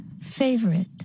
favorite